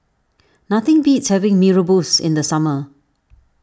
nothing beats having Mee Rebus in the summer